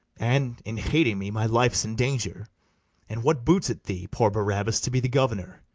and, in hating me, my life's in danger and what boots it thee, poor barabas, to be the governor,